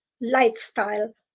lifestyle